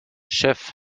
chef